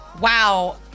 Wow